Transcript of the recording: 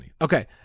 Okay